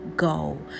go